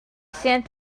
sent